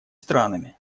странами